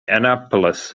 annapolis